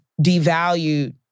devalued